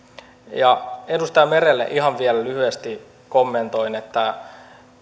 ja edustaja merelle ihan lyhyesti vielä kommentoin että